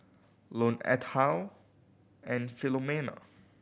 Lone Ethyle and Filomena